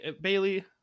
Bailey